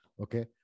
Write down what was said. okay